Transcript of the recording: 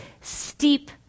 steep